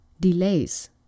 delays